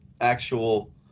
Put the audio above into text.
actual